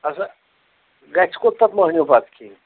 اَسا گژھِ کوٚت پتہٕ مۅہنیٛوٗ بَتہٕ کھیٚنہِ